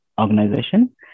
organization